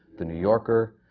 the new yorker,